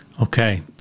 Okay